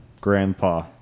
grandpa